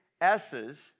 s's